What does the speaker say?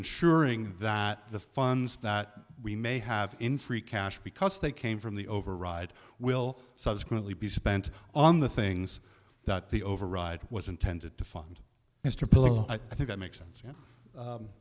ensuring that the funds that we may have in free cash because they came from the override will subsequently be spent on the things that the override was intended to fund i think that makes sense